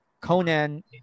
Conan